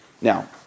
Now